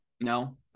No